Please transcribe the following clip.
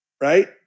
right